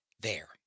There